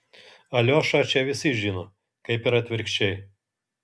aliošą čia visi žino kaip ir atvirkščiai